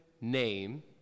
name